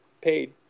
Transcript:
paid